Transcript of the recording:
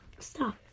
Stop